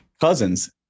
cousins